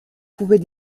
pouvait